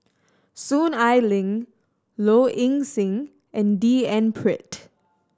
Soon Ai Ling Low Ing Sing and D N Pritt